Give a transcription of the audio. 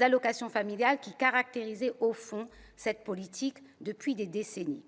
allocations familiales qui caractérisait la politique familiale depuis des décennies.